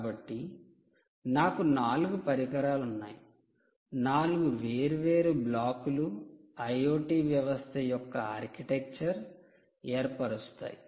కాబట్టి నాకు 4 పరికరాలు ఉన్నాయి 4 వేర్వేరు బ్లాక్లు IoT వ్యవస్థ యొక్క ఆర్కిటెక్చర్ ఏర్పరుస్తాయి